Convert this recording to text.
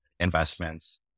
investments